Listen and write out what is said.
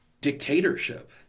dictatorship